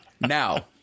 Now